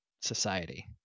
society